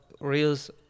reels